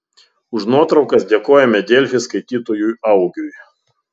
už nuotraukas dėkojame delfi skaitytojui augiui